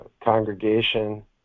congregation